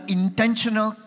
intentional